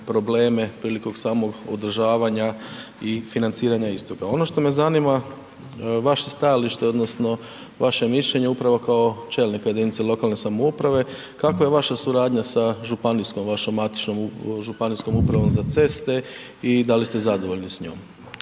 probleme prilikom samog održavanja i financiranja istog. A ono što me zanima, vaše stajalište odnosno vaše mišljenje upravo kao čelnika jedinice lokalne samouprave, kakva je vaša suradnja sa županijskom vašom matičnom županijskom upravom za ceste i da li ste zadovoljni s njom?